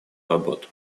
работу